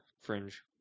fringe